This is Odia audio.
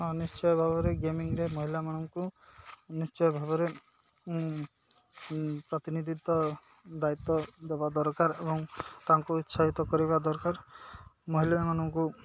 ହଁ ନିଶ୍ଚୟ ଭାବରେ ଗେମିଂରେ ମହିଳାମାନଙ୍କୁ ନିଶ୍ଚୟ ଭାବରେ ପ୍ରତିନିଧିତ୍ୱ ଦାୟିତ୍ୱ ଦେବା ଦରକାର ଏବଂ ତାଙ୍କୁ ଉତ୍ସାହିତ କରିବା ଦରକାର ମହିଳାମାନଙ୍କୁ